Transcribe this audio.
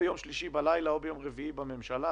ביום שלישי בלילה או ביום רביעי בממשלה.